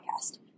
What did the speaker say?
Podcast